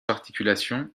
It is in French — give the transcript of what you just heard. articulations